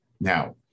Now